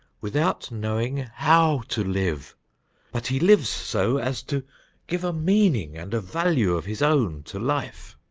without knowing how to live but he lives so as to give a meaning and a value of his own to life.